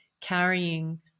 carrying